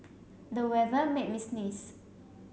the weather made me sneeze